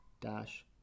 dash